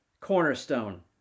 cornerstone